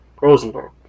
Rosenberg